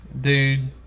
Dude